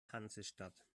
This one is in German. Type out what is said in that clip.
hansestadt